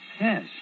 Yes